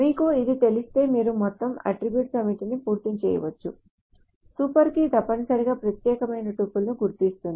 మీకు ఇది తెలిస్తే మీరు మొత్తం అట్ట్రిబ్యూట్స్ సమితిని పూర్తి చేయవచ్చు సూపర్ కీ తప్పనిసరిగా ప్రత్యేకమైన టుపుల్ను గుర్తిస్తుంది